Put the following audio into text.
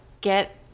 get